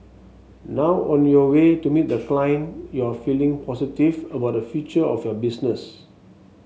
now on your way to meet the client you are feeling positive about the future of your business